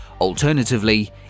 Alternatively